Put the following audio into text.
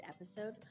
episode